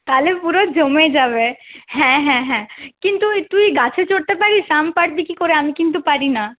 তাহলে পুরো জমে যাবে হ্যাঁ হ্যাঁ হ্যাঁ কিন্তু তুই গাছে চড়তে পারিস আম পারবি কি করে আমি কিন্তু পারি না